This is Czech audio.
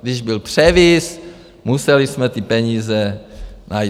Když byl převis, museli jsme ty peníze najít.